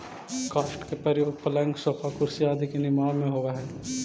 काष्ठ के प्रयोग पलंग, सोफा, कुर्सी आदि के निर्माण में होवऽ हई